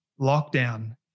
lockdown